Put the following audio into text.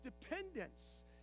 dependence